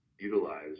utilize